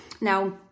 Now